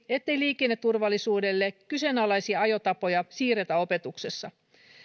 ettei liikenneturvallisuudelle kyseenalaisia ajotapoja siirretä opetuksessa